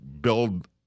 build –